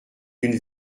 d’une